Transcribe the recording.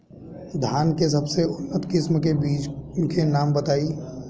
धान के सबसे उन्नत किस्म के बिज के नाम बताई?